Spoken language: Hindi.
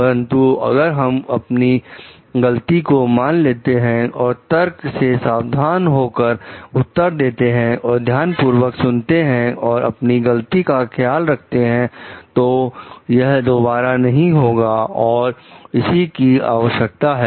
परंतु अगर हम अपनी गलती को मान लेते हैं और तर्क से सावधान होकर उत्तर देते हैं और ध्यानपूर्वक सुनते हैं और अपनी गलती का ख्याल रखते हैं तो वह दोबारा नहीं होगी और इसी की आवश्यकता है